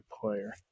player